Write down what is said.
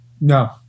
no